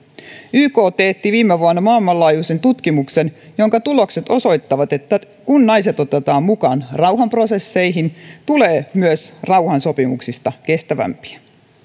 yk teetti viime vuonna maailmanlaajuisen tutkimuksen jonka tulokset osoittavat että kun naiset otetaan mukaan rauhanprosesseihin tulee myös rauhansopimuksista kestävämpiä